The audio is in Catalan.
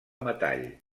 metall